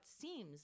seems